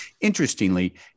Interestingly